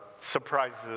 surprises